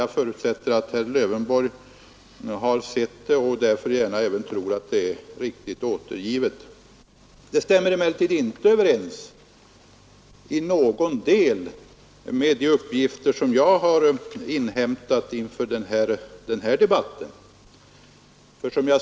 Jag förutsätter att herr Lövenborg betydelse vid har sett det och därför tror jag att det är riktigt återgivet. bedönningenav Det stämmer emellertid inte överens i någon del med de uppgifter jag hamnutbyggnadshar inhämtat inför denna debatt.